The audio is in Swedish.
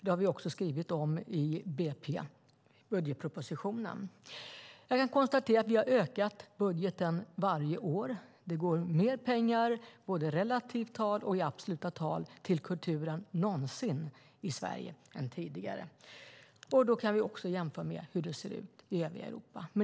Det har vi skrivit om i budgetpropositionen. Jag kan konstatera att vi har ökat kulturbudgeten varje år. Det går mer pengar, både i relativa tal och i absoluta tal, till kulturen i dag än någonsin tidigare i Sverige. Vi kan jämföra och se hur det är i övriga Europa.